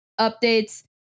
updates